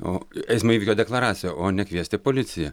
o eismo įvykio deklaraciją o ne kviesti policiją